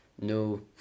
no